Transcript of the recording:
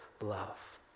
love